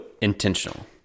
intentional